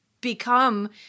become